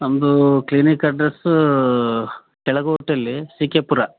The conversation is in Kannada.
ನಮ್ಮದು ಕ್ಲಿನಿಕ್ ಅಡ್ರೆಸ್ಸೂ ಅಲ್ಲಿ ಸಿ ಕೆ ಪುರ